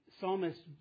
psalmist